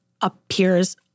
appears